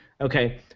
Okay